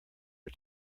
are